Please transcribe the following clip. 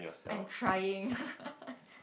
I'm trying